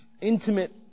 intimate